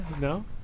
No